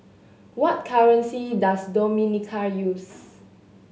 what currency does Dominica use